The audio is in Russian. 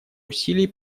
усилий